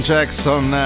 Jackson